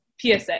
PSA